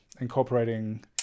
incorporating